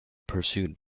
pursued